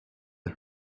the